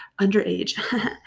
Underage